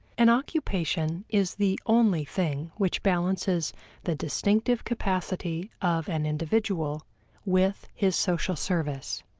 an occupation is the only thing which balances the distinctive capacity of an individual with his social service.